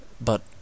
but